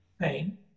pain